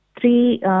three